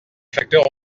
facteurs